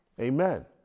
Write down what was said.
Amen